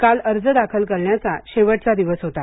काल आर्ज दाखल करण्याचा शेवट दिवस होता